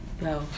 no